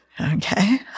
Okay